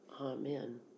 Amen